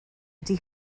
ydy